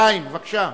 חיים, בבקשה.